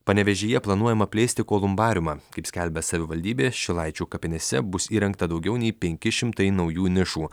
panevėžyje planuojama plėsti kolumbariumą kaip skelbia savivaldybė šilaičių kapinėse bus įrengta daugiau nei penki šimtai naujų nišų